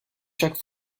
chaque